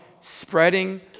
Spreading